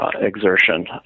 exertion